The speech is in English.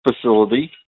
facility